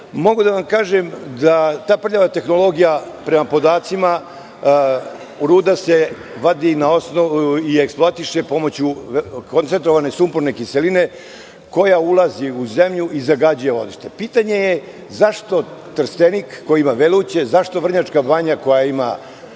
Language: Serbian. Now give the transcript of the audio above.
voda. Mogu da vam kažem da ta prljava tehnologija prema podacima, ruda se vadi i eksploatiše pomoću koncentrovane sumporne kiseline koja ulazi u zemlju i zagađuje vodište. Pitanje je zašto Trstenik koji ima Veruće, zašto Vrnjačka banja koja ima